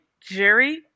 Jerry